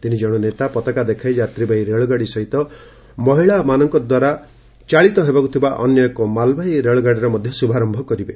ତିନିଜ୍ଞଣ ନେତା ପାତାକା ଦେଖାଇ ଯାତ୍ରିବାହୀ ରେଳଗାଡ଼ି ସହିତ ମହିଳାମାନଙ୍କଦ୍ୱାରା ଚାଳିତ ହେବାକୁ ଥିବା ଅନ୍ୟ ଏକ ମାଲବାହୀ ରେଳଗାଡ଼ିର ଶୁଭାରମ୍ଭ କରିବେ